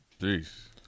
Jeez